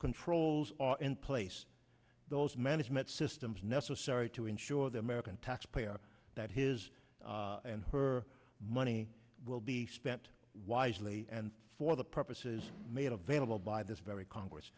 controls are in place those management systems necessary to ensure the american taxpayer that his and her money will be spent wisely and for the purposes made available by this very congress